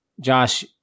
Josh